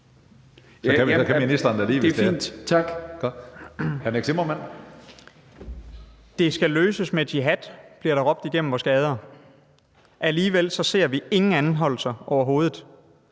Det skal løses med jihad, bliver der råbt i vores gader, men alligevel ser vi ingen anholdelser, overhovedet.